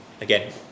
Again